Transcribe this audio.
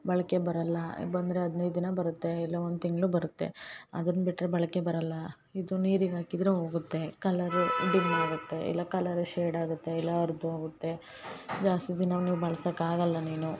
ಬಾಳಿಕೆ ಬರಲ್ಲ ಬಂದರೆ ಹದಿನೈದು ದಿನ ಬರತ್ತೆ ಇಲ್ಲ ಒಂದು ತಿಂಗಳು ಬರತ್ತೆ ಅದನ್ನ ಬಿಟ್ಟರೆ ಬಾಳಿಕೆ ಬರಲ್ಲಾ ಇದು ನೀರಿಗೆ ಹಾಕಿದ್ರೆ ಹೋಗುತ್ತೆ ಕಲ್ಲರು ಡಿಮ್ ಆಗತ್ತೆ ಇಲ್ಲ ಕಲರ್ ಶೇಡ್ ಆಗತ್ತೆ ಇಲ್ಲ ಅರ್ಧ ಹೋಗುತ್ತೆ ಜಾಸ್ತಿ ದಿನ ನೀವು ಬಳ್ಸಕ್ಕೆ ಆಗಲ್ಲ ನೀನು